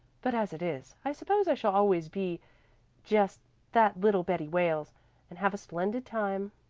but as it is, i suppose i shall always be just that little betty wales and have a splendid time.